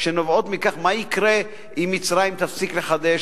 שנובעות מכך: מה יקרה אם מצרים תפסיק לחדש?